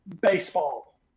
baseball